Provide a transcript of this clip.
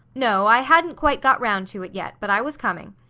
no, i hadn't quite got round to it yet but i was coming.